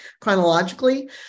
chronologically